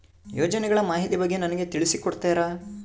ಯೋಜನೆಗಳ ಮಾಹಿತಿ ಬಗ್ಗೆ ನನಗೆ ತಿಳಿಸಿ ಕೊಡ್ತೇರಾ?